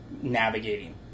navigating